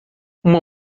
uma